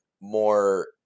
more